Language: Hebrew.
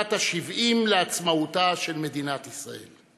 בשנת ה-70 לעצמאותה של מדינת ישראל.